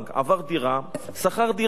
עבר דירה, שכר דירה.